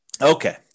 Okay